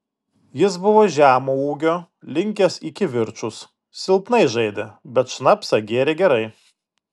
jis buvo žemo ūgio linkęs į kivirčus silpnai žaidė bet šnapsą gėrė gerai